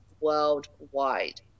worldwide